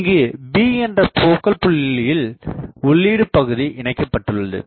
இங்கு B என்ற போக்கல் புள்ளியில் உள்ளீடு பகுதி இணைக்கப்பட்டுள்ளது